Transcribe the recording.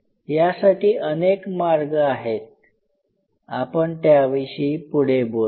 यासाठी अनेक मार्ग आहेत आपण त्यांविषयी पुढे बोलू